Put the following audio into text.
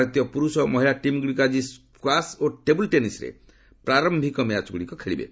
ଭାରତୀୟ ପୁରୁଷ ଓ ମହିଳା ଟିମ୍ଗୁଡ଼ିକ ଆଜି ସ୍କ୍ୱାସ୍ ଓ ଟେବୁଲ୍ ଟେନିସ୍ରେ ପ୍ରାର୍ୟିକ ମ୍ୟାଚ୍ଗୁଡ଼ିକ ଖେଳିବେ